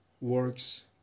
Works